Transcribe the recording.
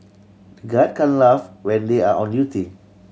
the guard can laugh when they are on duty